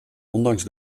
ondanks